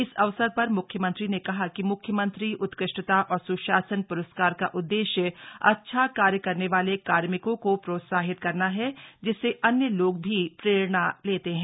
इस अवसर पर म्ख्यमंत्री ने कहा कि म्ख्यमंत्री उत्कृष्टता और स्शासन प्रस्कार का उद्देश्य अच्छा कार्य करने वाले कार्मिकों को प्रोत्साहित करना है जिससे अन्य लोग भी प्रेरणा लेते हैं